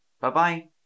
Bye-bye